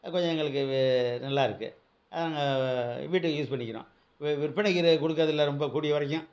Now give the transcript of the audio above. கொஞ்சம் எங்களுக்கு வெ நல்லாயிருக்கு அங்கே வீட்டுக்கு யூஸ் பண்ணிக்கிறோம் வி விற்பனைக்கு ர கொடுக்கறதில்ல ரொம்ப கூடிய வரைக்கும்